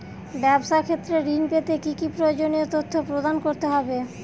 ব্যাবসা ক্ষেত্রে ঋণ পেতে কি কি প্রয়োজনীয় তথ্য প্রদান করতে হবে?